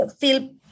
feel